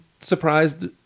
surprised